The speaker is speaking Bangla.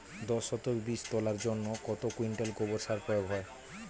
দশ শতক বীজ তলার জন্য কত কুইন্টাল গোবর সার প্রয়োগ হয়?